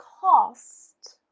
cost